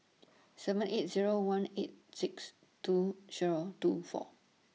seven eight Zero one eight six two Zero two four